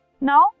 Now